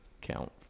count